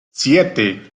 siete